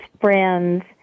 friends